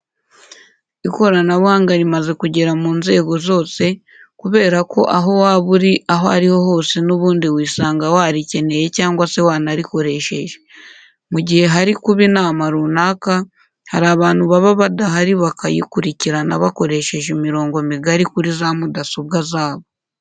Ikoranabuhanga rimaze kugera mu nzego zose kubera ko aho waba uri aho ari ho hose n'ubundi wisanga warikeneye cyangwa se wanarikoresheje. Mu gihe hari kuba inama runaka hari abantu baba badahari bakayikurikirana bakoresheje imirongo migari kuri za mudasobwa zabo.